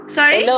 Sorry